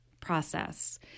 process